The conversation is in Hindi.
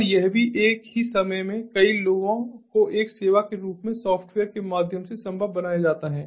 और यह भी एक ही समय में कई लोगों को एक सेवा के रूप में सॉफ्टवेयर के माध्यम से संभव बनाया जाता है